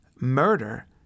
murder